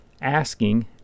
asking